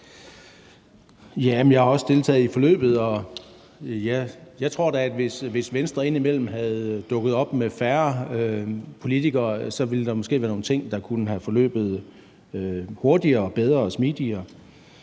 Jeg har også deltaget i forløbet, og jeg tror da, at hvis Venstre indimellem var dukket op med færre politikere, ville der måske have været nogle ting, der kunne have forløbet hurtigere, bedre og smidigere.